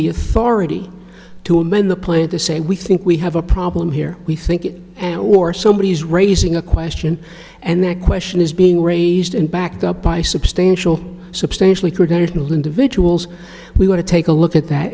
the authority to amend the plan to say we think we have a problem here we think it and or somebody is raising a question and that question is being raised and backed up by substantial substantially cured no individual we want to take a look at that